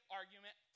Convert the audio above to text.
argument